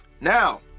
Now